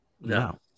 No